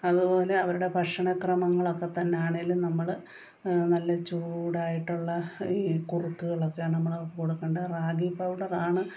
അതു പോലെ അവരുടെ ഭക്ഷണക്രമങ്ങൾ ഒക്കെ തന്നെ ആണേലും നമ്മൾ നല്ല ചൂടായിട്ടുള്ള ഈ കുറുക്കുകളൊക്കെ നമ്മളവർക്കു കൊടുക്കണ്ടെ റാഗി പൗഡറാണ്